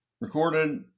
recorded